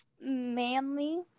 manly